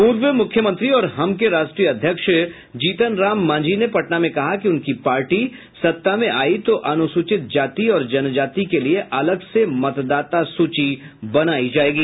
पूर्व मुख्यमंत्री और हम के राष्ट्रीय अध्यक्ष जीतन राम मांझी ने पटना में कहा कि उनकी पार्टी सत्ता मे आयी तो अनुसूचित जाति और जनजाति के लिये अलग से मतदाता सूची बनायी जायेगी